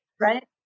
right